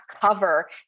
cover